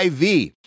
IV